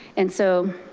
and so,